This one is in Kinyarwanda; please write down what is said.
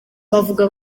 bavuga